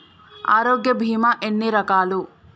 ఆరోగ్య బీమా ఎన్ని రకాలు?